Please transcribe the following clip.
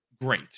great